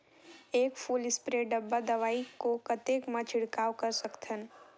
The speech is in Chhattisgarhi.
एक फुल स्प्रे डब्बा दवाई को कतेक म छिड़काव कर सकथन?